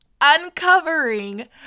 uncovering